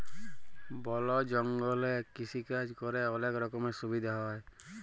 বল জঙ্গলে কৃষিকাজ ক্যরে অলক রকমের সুবিধা হ্যয়